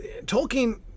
Tolkien